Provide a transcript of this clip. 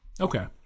okay